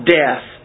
death